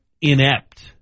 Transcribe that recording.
inept